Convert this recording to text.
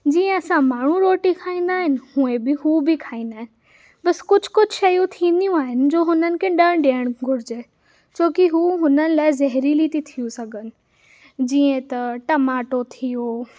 जीअं असां माण्हू रोटी खाईंदा आहिनि हूंअं ई बि हू बि खाईंदा आहिनि बस कुझु कुझु शयूं थींदियूं आहिनि जो हुननि खे न ॾियणु घुरिजे छोकी हूअ हुननि लाइ ज़हरीली थी थी सघनि जीअं त टमाटो थी वियो